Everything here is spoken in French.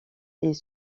est